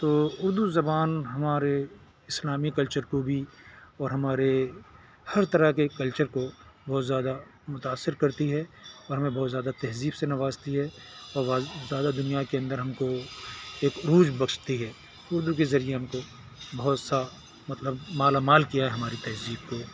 تو اردو زبان ہمارے اسلامی کلچر کو بھی اور ہمارے ہر طرح کے کلچر کو بہت زیادہ متاثر کرتی ہے اور ہمیں بہت زیادہ تہذیب سے نوازتی ہے اور دنیا کے اندر ہم کو ایک عروج بخشتی ہے اردو کے ذریعے ہم کو بہت سا مطلب مالامال کیا ہے ہماری تہذیب کو چھوٹ